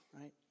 right